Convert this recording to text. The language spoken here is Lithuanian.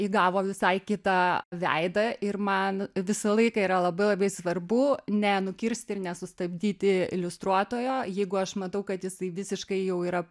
įgavo visai kitą veidą ir man visą laiką yra labai labai svarbu ne nukirsti ir nesustabdyti iliustruotojo jeigu aš matau kad jisai visiškai jau yra